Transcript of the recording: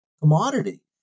commodity